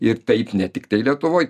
ir taip ne tiktai lietuvoj